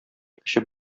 эчеп